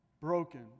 broken